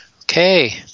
Okay